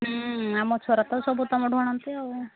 ହୁଁ ଆମ ଛୁଆର ତ ସବୁ ତୁମଠୁ ଆଣନ୍ତି ଆଉ